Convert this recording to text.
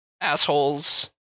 assholes